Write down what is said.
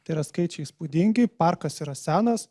tai yra skaičiai įspūdingi parkas yra senas